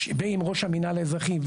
ועם ראש המינהל האזרחי,